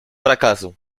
fracaso